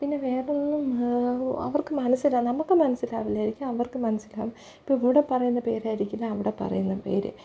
പിന്നെ വേറൊന്നും അവർക്ക് മനസ്സിലാവും നമുക്ക് മനസ്സിലാവില്ലായിരിക്കും അവർക്ക് മനസ്സിലാവും ഇപ്പം ഇവിടെ പറയുന്ന പേരായിരിക്കില്ല അവിടെ പറയുന്ന പേര്